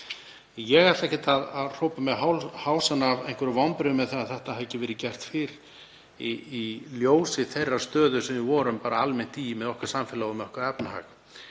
Ég ætla ekkert að hrópa mig hásan af einhverjum vonbrigðum með að þetta hafi ekki verið gert fyrr í ljósi þeirrar stöðu sem við vorum almennt í með okkar samfélag og okkar efnahag.